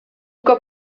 cop